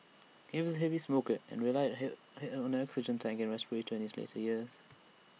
he was A heavy smoker and relied A Head head on an oxygen tank and respirator in his later years